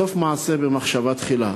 סוף מעשה במחשבה תחילה.